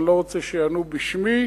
אני לא רוצה שיענו בשמי.